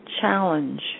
challenge